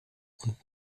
und